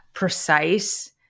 precise